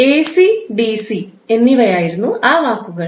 AC DC എന്നിവയായിരുന്നു ആ വാക്കുകൾ